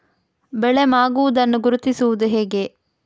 ಬೆಳೆ ಮಾಗುವುದನ್ನು ಗುರುತಿಸುವುದು ಹೇಗೆ?